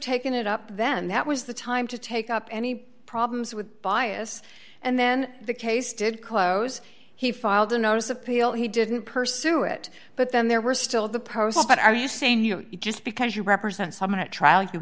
taken it up then that was the time to take up any problems with bias and then the case did close he filed a notice of appeal he didn't pursue it but then there were still the pros but are you saying you know just because you represent someone at trial you